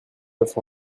neuf